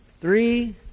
three